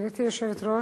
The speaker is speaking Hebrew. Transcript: גברתי היושבת-ראש,